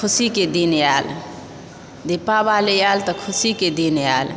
खुशीके दिन आएल दीपावली आएल तऽ खुशीके दिन आएल